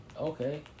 Okay